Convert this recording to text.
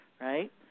right